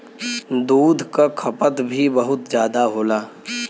दूध क खपत भी बहुत जादा होला